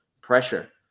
pressure